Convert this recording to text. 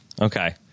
Okay